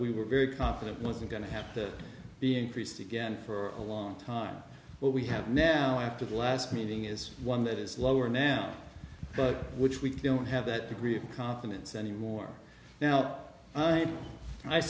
we were very confident wasn't going to have to be increased again for a long time what we have now after the last meeting is one that is lower now but which we don't have that degree of confidence anymore now i